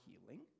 healing